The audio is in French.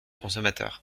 consommateur